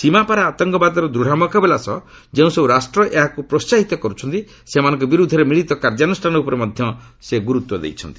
ସୀମାପାର ଆତଙ୍କବାଦର ଦୂଢ଼ ମୁକାବିଲା ସହ ଯେଉଁସବୁ ରାଷ୍ଟ୍ର ଏହାକୁ ପ୍ରେସାହିତ କରୁଛନ୍ତି ସେମାନଙ୍କ ବିରୁଦ୍ଧରେ ମିଳିତ କାର୍ଯ୍ୟାନୁଷ୍ଠାନ ଉପରେ ମଧ୍ୟ ସେ ଗୁରୁତ୍ୱ ଦେଇଛନ୍ତି